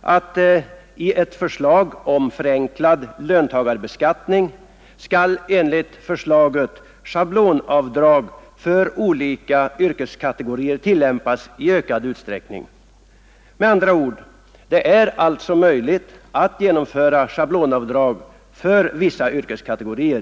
att enligt utredningsförslaget om förenklad löntagarbeskattning skall schablonavdrag för olika yrkeskategorier tillämpas i ökad utsträckning. Det är alltså möjligt att införa schablonavdrag för vissa yrkeskategorier.